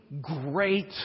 great